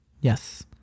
Yes